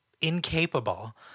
incapable